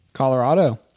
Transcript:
Colorado